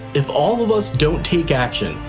if all of us don't take action,